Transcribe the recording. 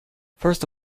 first